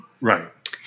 Right